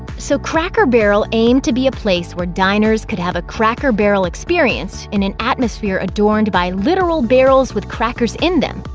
so cracker barrel aimed to be a place where diners could have a cracker-barrel experience in an atmosphere adorned by literal barrels with crackers in them,